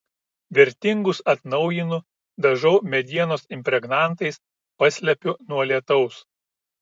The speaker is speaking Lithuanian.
vertingus atnaujinu dažau medienos impregnantais paslepiu nuo lietaus